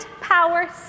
power